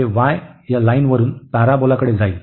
तर हे y या लाईनवरून पॅराबोलाकडे जाईल